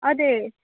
ಅದೇ